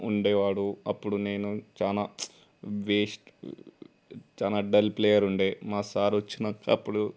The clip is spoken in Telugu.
ఉండేవాడు అప్పుడు నేను చాలా వేస్ట్ చాలా డల్ ప్లేయర్ ఉండేది మా సార్ వచ్చాక అప్పుడు